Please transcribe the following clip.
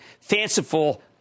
fanciful